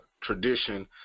tradition